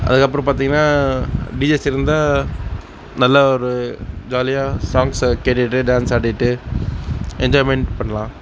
அதுக்கப்புறம் பார்த்தீங்கன்னா டீஎஸ் இருந்தால் நல்ல ஒரு ஜாலியாக சாங்ஸை கேட்டுகிட்டு டான்ஸ் ஆடிகிட்டு என்ஜாய்மெண்ட் பண்ணலாம்